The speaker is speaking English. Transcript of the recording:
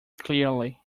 clearly